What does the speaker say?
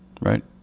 right